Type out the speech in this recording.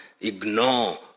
ignore